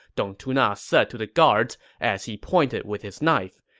dong tuna said to the guards as he pointed with his knife.